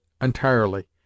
entirely